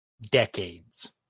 decades